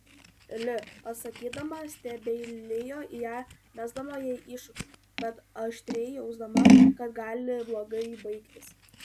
li atsakydama stebeilijo į ją mesdama jai iššūkį bet aštriai jausdama kad gali blogai baigtis